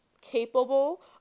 capable